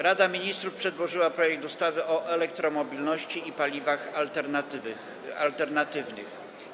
Rada Ministrów przedłożyła projekt ustawy o elektromobilności i paliwach alternatywnych.